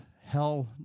hell